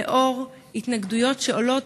לאור התנגדויות שעולות,